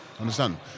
understand